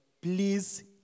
please